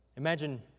Imagine